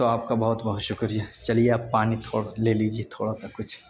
تو آپ کا بہت بہت شکریہ چلیے اب پانی تھوڑا لے لیجیے تھوڑا سا کچھ